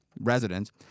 residents